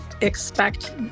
expect